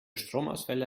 stromausfälle